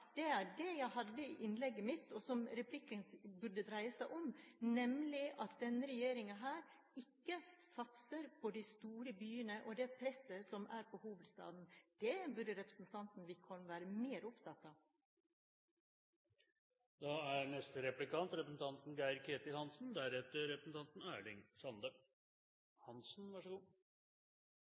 er det jeg nevnte i innlegget mitt, og som replikken burde dreie seg om, nemlig at denne regjeringen ikke satser på de store byene og det presset som er på hovedstaden. Det burde representanten Wickholm være mer opptatt av.